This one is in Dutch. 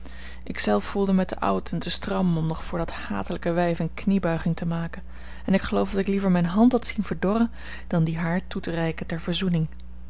zelf voelde mij te oud en te stram om nog voor dat hatelijke wijf eene kniebuiging te maken en ik geloof dat ik liever mijne hand had zien verdorren dan die haar toe te reiken ter verzoening